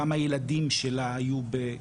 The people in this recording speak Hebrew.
טל הוכמן משדולת הנשים, בבקשה.